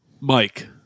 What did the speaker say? mike